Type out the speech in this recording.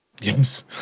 Yes